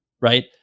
right